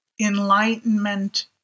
enlightenment